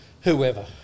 whoever